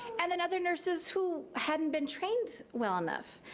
and then, other nurses who hadn't been trained well enough.